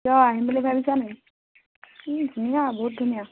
কিয় আহিম বুলি ভালছানি ই ধুনীয়া বহুত ধুনীয়া